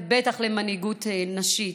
ובטח למנהיגות נשית.